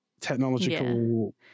technological